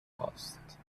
خاست